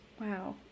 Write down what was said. Wow